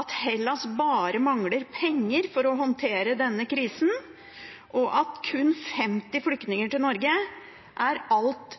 at Hellas bare mangler penger for å håndtere denne krisen, og at kun 50 flyktninger til Norge er alt